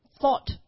Thought